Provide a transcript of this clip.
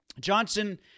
Johnson